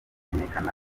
kumenyekana